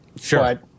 Sure